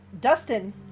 Dustin